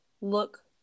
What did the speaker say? look